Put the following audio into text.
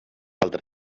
altre